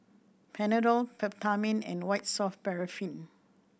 Panadol Peptamen and White Soft Paraffin